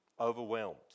overwhelmed